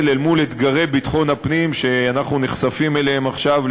אל מול אתגרי ביטחון הפנים שאנחנו נחשפים אליהם עכשיו,